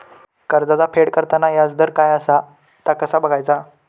कर्जाचा फेड करताना याजदर काय असा ता कसा बगायचा?